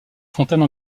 fontaine